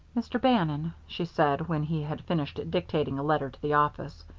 mr. bannon, she said, when he had finished dictating a letter to the office,